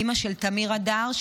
אימא של תמיר אדר,